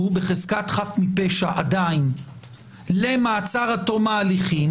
בחזקת חף מפשע עדיין למעצר עד תום ההליכים